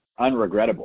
unregrettable